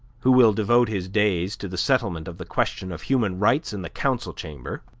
who will devote his days to the settlement of the question of human rights in the council chamber,